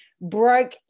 broke